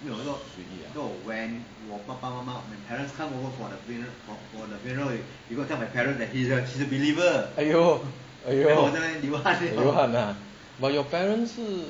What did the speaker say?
随意 !aiyo! !aiyo! 流汗 ah but your parents 是